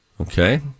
Okay